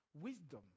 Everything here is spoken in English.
Wisdom